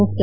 ಮುಕ್ತ